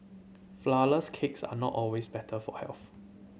flourless cakes are not always better for health